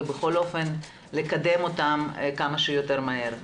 ובכל אופן לקדם אותם כמה שיותר מהר.